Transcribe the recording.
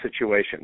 situation